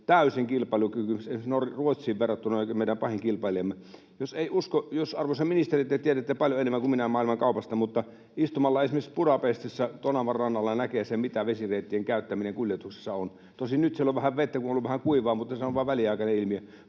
täysin kilpailukykykyiseksi esimerkiksi Ruotsiin verrattuna, joka on meidän pahin kilpailijamme. Arvoisa ministeri, te tiedätte maailmankaupasta paljon enemmän kuin minä, mutta istumalla esimerkiksi Budapestissa Tonavan rannalla näkee sen, mitä vesireittien käyttäminen kuljetuksissa on. Tosin nyt siellä on vettä vähän, kun on ollut vähän kuivaa, mutta se on vain väliaikainen ilmiö.